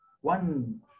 one